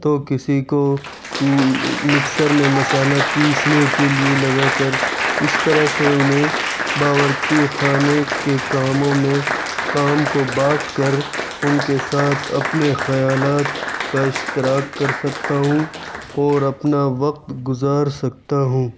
تو کسی کو مکسر میں مصالحہ پیسنے کے لیے لگا کر اس طرح سے انہیں باورچی خانے کے کاموں میں کام کو بانٹ کر ان کے ساتھ اپنے خیالات کا اشتراک کر سکتا ہوں اور اپنا وقت گزار سکتا ہوں